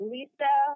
Lisa